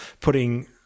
putting